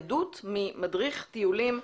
אני רוצה שאנחנו נשמע עדות ממדריך טיולים,